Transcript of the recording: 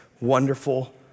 wonderful